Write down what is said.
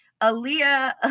Aaliyah